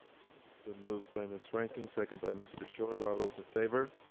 it's been moved by miss reinking, second by mr. short. all those in favor?